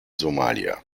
somalia